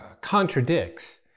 contradicts